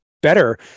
better